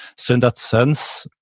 so in that sense,